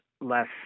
less